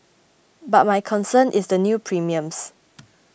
but my concern is the new premiums